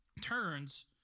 turns